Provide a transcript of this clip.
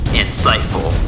insightful